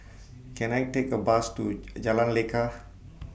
Can I Take A Bus to Jalan Lekar